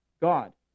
God